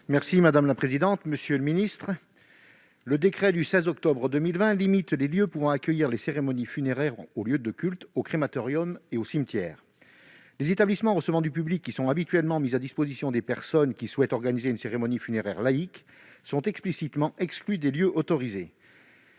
l'épidémie de covid-19 dans le cadre de l'état d'urgence sanitaire limite les lieux pouvant accueillir les cérémonies funéraires aux lieux de culte, aux crématoriums et aux cimetières. Les établissements recevant du public qui sont habituellement mis à la disposition des personnes qui souhaitent organiser une cérémonie funéraire laïque sont explicitement exclus des lieux autorisés.